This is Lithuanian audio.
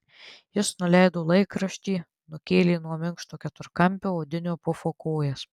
jis nuleido laikraštį nukėlė nuo minkšto keturkampio odinio pufo kojas